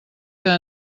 que